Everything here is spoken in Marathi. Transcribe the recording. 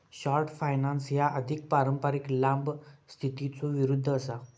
शॉर्ट फायनान्स ह्या अधिक पारंपारिक लांब स्थितीच्यो विरुद्ध असा